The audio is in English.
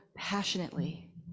passionately